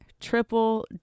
Triple